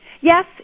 Yes